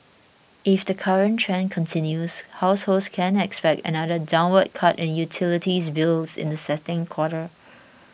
if the current trend continues households can expect another downward cut in utilities bills in the second quarter